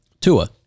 Tua